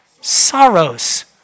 Sorrows